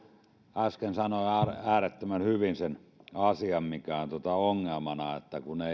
äsken sanoi äärettömän hyvin sen asian mikä on ongelmana